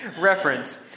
reference